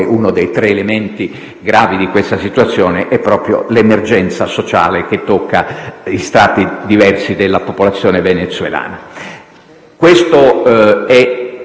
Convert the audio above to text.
uno dei tre elementi gravi di questa situazione è proprio l'emergenza sociale che tocca strati diversi della popolazione venezuelana. Questo è